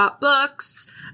books